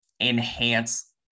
enhance